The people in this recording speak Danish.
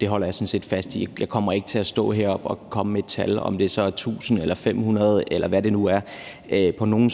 det holder jeg sådan set fast i. Jeg kommer ikke til at stå heroppe og komme med et tal, om det så er 1.000, 500, eller hvad det nu er – ikke på nogen